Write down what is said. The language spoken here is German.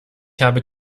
habe